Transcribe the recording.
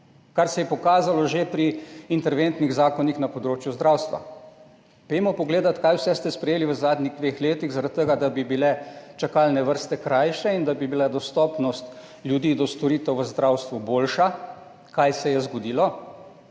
kar se je pokazalo že pri interventnih zakonih na področju zdravstva. Poglejmo, kaj vse ste sprejeli v zadnjih dveh letih zaradi tega, da bi bile čakalne vrste krajše in da bi bila dostopnost ljudi do storitev v zdravstvu boljša. Kaj se je zgodilo?